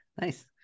nice